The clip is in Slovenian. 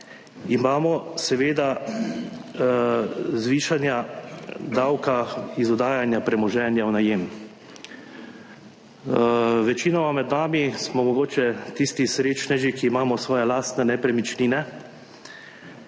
imamo seveda zvišanja davka iz oddajanja premoženja v najem. Večinoma med nami smo mogoče tisti srečneži, ki imamo svoje lastne nepremičnine,